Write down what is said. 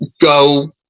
go